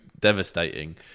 devastating